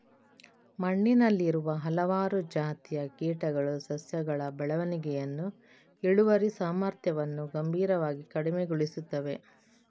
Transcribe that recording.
ಮಣ್ಣಿನಲ್ಲಿರುವ ಹಲವಾರು ಜಾತಿಯ ಕೀಟಗಳು ಸಸ್ಯಗಳ ಬೆಳವಣಿಗೆಯನ್ನು, ಇಳುವರಿ ಸಾಮರ್ಥ್ಯವನ್ನು ಗಂಭೀರವಾಗಿ ಕಡಿಮೆಗೊಳಿಸುತ್ತವೆ